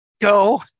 go